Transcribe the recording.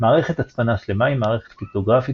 מערכת הצפנה שלמה היא מערכת קריפטוגרפית